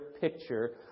picture